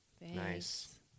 Nice